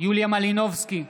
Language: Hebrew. יוליה מלינובסקי,